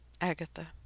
Agatha